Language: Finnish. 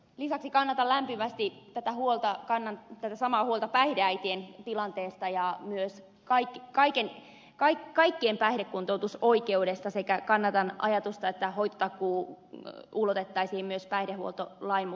lisäksi kannan tätä samaa huolta päihdeäitien tilanteesta ja myös kaikkien päihdekuntoutusoikeudesta sekä kannatan ajatusta että hoitotakuu ulotettaisiin myös päihdehuoltolain mukaisiin palveluihin